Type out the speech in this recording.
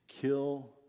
kill